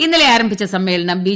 ഇന്നലെ ആരംഭിച്ച സമ്മേളനം ബി